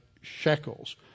shekels